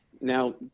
Now